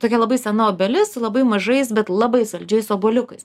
tokia labai sena obelis labai mažais bet labai saldžiais obuoliukais